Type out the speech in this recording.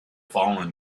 fallen